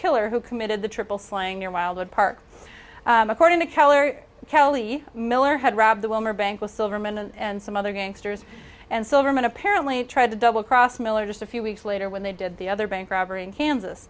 killer who committed the triple slaying near wildwood park according to keller kelly miller had robbed the wilmer bank with silverman and some other gangsters and silverman apparently tried to double cross miller just a few weeks later when they did the other bank robbery in kansas